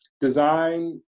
design